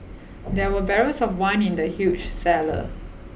there were barrels of wine in the huge cellar